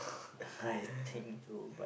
I think so but